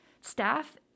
staff